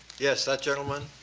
yes, that gentleman,